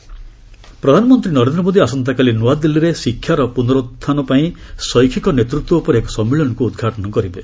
PM conference ପ୍ରଧାନମନ୍ତ୍ରୀ ନରେନ୍ଦ୍ର ମୋଦି ଆସନ୍ତାକାଲି ନୂଆଦିଲ୍ଲୀରେ ଶିକ୍ଷାର ପୁନରୁହ୍ରାପନପାଇଁ ଶୈକ୍ଷିକ ନେତୃତ୍ୱ ଉପରେ ଏକ ସମ୍ମିଳନୀକୁ ଉଦ୍ଘାଟନ କରିବେ